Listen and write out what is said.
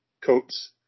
coats